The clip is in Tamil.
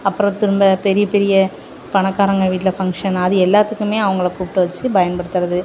அப்புறம் திரும்ப பெரிய பெரிய பணக்காரங்க வீட்டில் ஃபங்க்ஷன் அது எல்லாத்துக்கும் அவங்கள கூப்பிட்டு வச்சு பயன்படுத்துகிறது